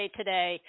today